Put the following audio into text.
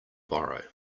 borrow